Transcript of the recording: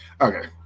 Okay